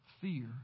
fear